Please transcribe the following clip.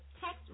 text